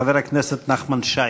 חבר הכנסת נחמן שי.